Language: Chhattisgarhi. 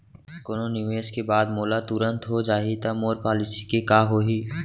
कोनो निवेश के बाद मोला तुरंत हो जाही ता मोर पॉलिसी के का होही?